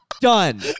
Done